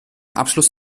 abschluss